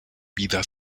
vida